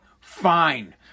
fine